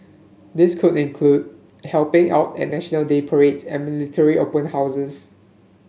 this could include helping out at National Day parades and military open houses